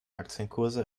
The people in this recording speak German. aktienkurse